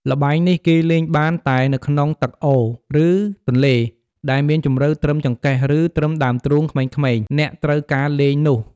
ល្បែងនេះ គេលេងបានតែនៅក្នុងទឹកអូរ ឬទន្លេដែលមានជម្រៅត្រឹមចង្កេះឬត្រឹមដើមទ្រូងក្មេងៗអ្នកត្រូវការលេងនោះ។